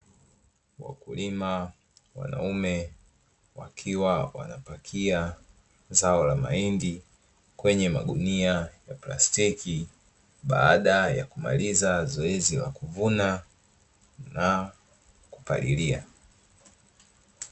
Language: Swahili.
Wakulima wanaume, wakiwa wanapakia zao la mahindi kwenye magunia ya plastiki, baada ya kumaliza zoezi la kuvuna na kupalilia.